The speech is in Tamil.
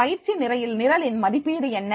பயிற்சி நிரலின் மதிப்பீடு என்ன